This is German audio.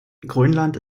grönland